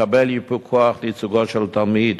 לקבל ייפוי כוח לייצוג של תלמיד,